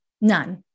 none